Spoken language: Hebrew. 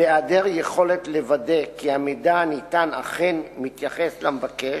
בהיעדר יכולת לוודא כי המידע הניתן אכן מתייחס למבקש,